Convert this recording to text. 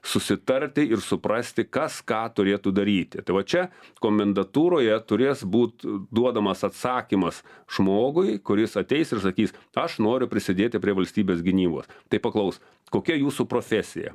susitarti ir suprasti kas ką turėtų daryti tai va čia komendantūroje turės būt duodamas atsakymas žmogui kuris ateis ir sakys aš noriu prisidėti prie valstybės gynybos tai paklaus kokia jūsų profesija